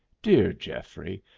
dear geoffrey,